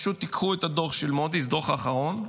פשוט קחו את הדוח של מודי'ס, הדוח האחרון,